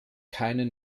keine